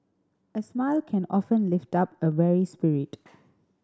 a smile can often lift up a weary spirit